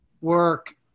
work